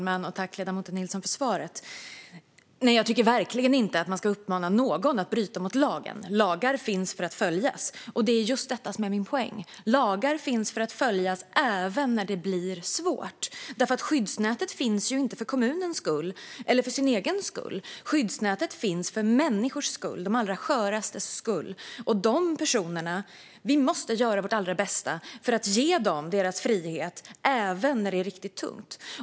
Fru talman! Tack, ledamoten Nilsson, för svaret! Nej, jag tycker verkligen inte att man ska uppmana någon att bryta mot lagen. Lagar finns för att följas. Det är just detta som är min poäng: Lagar finns för att följas även när det blir svårt. Skyddsnätet finns ju inte för kommunens skull eller för sin egen skull. Skyddsnätet finns för människors skull, för de allra skörastes skull. Vi måste göra vårt allra bästa för att ge de personerna deras frihet även när det är riktigt tungt.